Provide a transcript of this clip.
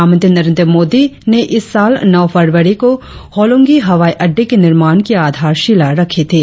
प्रधानमंत्री नरेंद्र मोदी ने इस साल नौ फरवरी को होलोंगी हवाई अड्डे के निर्माण की आधारशिला रखी थी